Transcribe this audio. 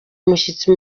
umushyitsi